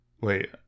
Wait